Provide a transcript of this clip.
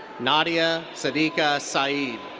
nadia siddiqa syed.